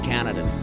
Canada